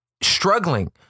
struggling